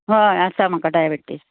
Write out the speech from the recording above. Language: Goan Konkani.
हय आसा म्हाका डायबेटीज